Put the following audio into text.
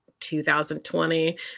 2020